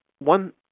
One